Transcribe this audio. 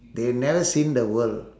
they never seen the world